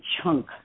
chunk